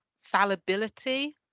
fallibility